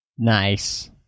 Nice